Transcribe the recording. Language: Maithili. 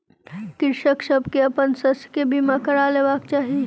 कृषक सभ के अपन शस्य के बीमा करा लेबाक चाही